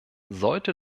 sollte